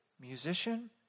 musician